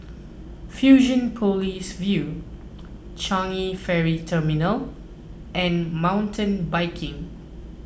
Fusionopolis View Changi Ferry Terminal and Mountain Biking